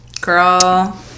Girl